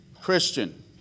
Christian